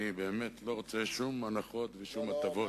אני באמת לא רוצה שום הנחות ושום הטבות.